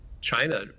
China